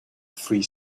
free